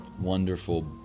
wonderful